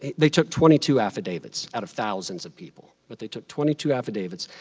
ah they took twenty two affidavits out of thousands of people, but they took twenty two affidavits.